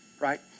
right